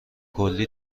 کلی